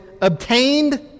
obtained